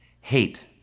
hate